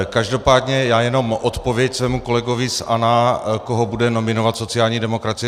Každopádně já jenom odpověď svému kolegovi z ANO, koho bude nominovat sociální demokracie.